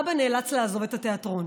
אבא נאלץ לעזוב את התיאטרון,